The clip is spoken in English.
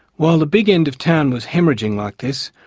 while the big end of town was haemorrhaging like this,